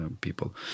people